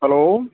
hello